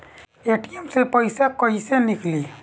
ATM से पइसा कइसे निकली?